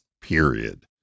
period